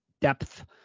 depth